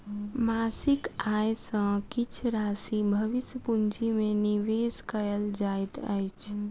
मासिक आय सॅ किछ राशि भविष्य पूंजी में निवेश कयल जाइत अछि